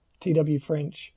twfrench